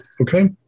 Okay